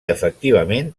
efectivament